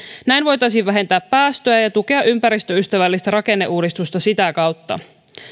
näin voitaisiin vähentää päästöjä ja ja tukea ympäristöystävällistä rakenneuudistusta sitä kautta